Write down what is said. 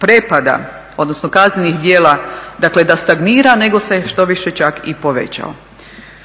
prepada odnosno kaznenih djela dakle da stagnira nego se štoviše čak i povećao.